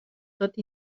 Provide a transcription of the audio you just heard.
tot